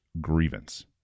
grievance